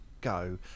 go